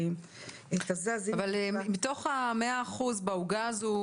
אבל מתוך ה-100 אחוז בעוגה הזו,